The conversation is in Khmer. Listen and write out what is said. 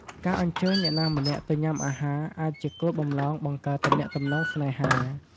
ការអញ្ជើញអ្នកណាម្នាក់ទៅញ៉ាំអាហារ អាចជាគោលបំណងបង្កើតទំនាក់ទំនងស្នេហា។